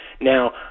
Now